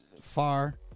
far